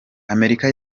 amerika